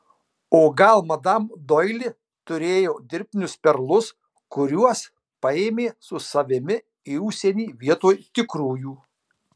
o gal madam doili turėjo dirbtinius perlus kuriuos paėmė su savimi į užsienį vietoj tikrųjų